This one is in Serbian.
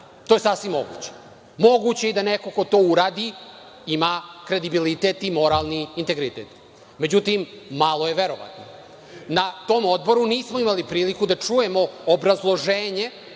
To je sasvim moguće. Moguće je i da neko ko to uradi ima kredibilitet i moralni integritet, međutim, malo je verovatno. Na tom odboru nismo imali priliku da čujemo obrazloženje